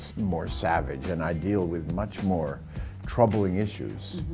more savage, and i deal with much more troubling issues.